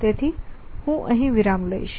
તેથી હું અહીં વિરામ લઈશ